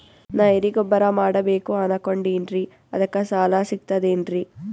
ನಾ ಎರಿಗೊಬ್ಬರ ಮಾಡಬೇಕು ಅನಕೊಂಡಿನ್ರಿ ಅದಕ ಸಾಲಾ ಸಿಗ್ತದೇನ್ರಿ?